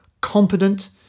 Competent